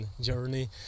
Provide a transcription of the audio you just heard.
journey